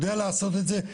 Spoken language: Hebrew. יודע לעשות את זה,